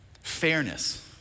Fairness